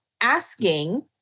asking